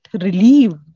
relieved